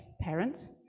parents